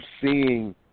seeing